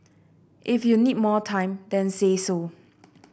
if you need more time then say so